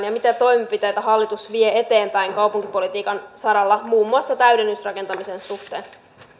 ja mitä toimenpiteitä hallitus vie eteenpäin kaupunkipolitiikan saralla muun muassa täydennysrakentamisen suhteen